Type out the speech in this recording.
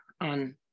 on